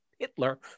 Hitler